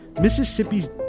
Mississippi's